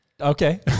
Okay